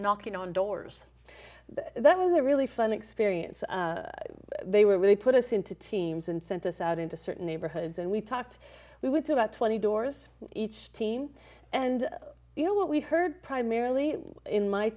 knocking on doors that was a really fun experience they were really put us into teams and sent us out into certain neighborhoods and we talked we would do about twenty doors each teen and you know what we heard primarily in my